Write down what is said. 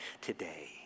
today